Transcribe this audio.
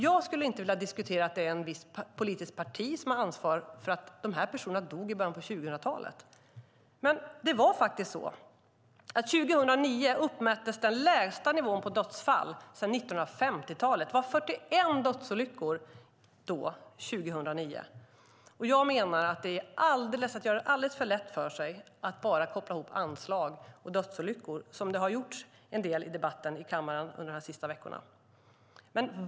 Jag vill inte diskutera att ett visst politiskt parti har ansvar för att de här personerna dog i början av 2000-talet. 2009 uppmättes dock det lägsta antalet dödsfall sedan 1950-talet; det var 41 dödsolyckor 2009. Jag menar att det är att göra det alldeles för lätt för sig när man bara kopplar ihop anslag och dödsolyckor, vilket har gjorts vid flera tillfällen i debatten under de senaste veckorna.